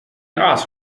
ask